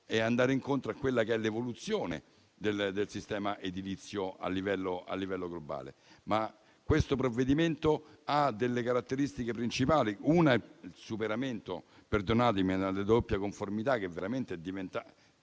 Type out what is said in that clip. e andare incontro all'evoluzione del sistema edilizio a livello generale. Questo provvedimento ha delle caratteristiche principali. Una è il superamento della doppia conformità, che veramente era diventata